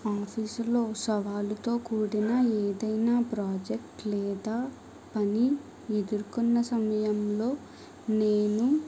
ఆఫీసులో సవాలుతో కూడిన ఏదైనా ప్రాజెక్ట్ లేదా పని ఎదుర్కొన్న సమయంలో నేను